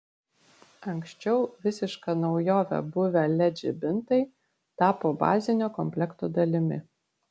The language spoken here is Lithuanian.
anksčiau visiška naujove buvę led žibintai tapo bazinio komplekto dalimi